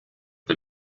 the